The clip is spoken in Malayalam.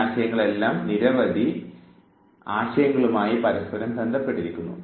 ഈ ആശയങ്ങളെല്ലാം മറ്റ് നിരവധി ആശയങ്ങളുമായി പരസ്പരം ബന്ധപ്പെട്ടിരിക്കുന്നു